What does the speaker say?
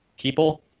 people